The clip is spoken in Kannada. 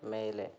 ಮೇಲೆ